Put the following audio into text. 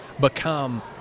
become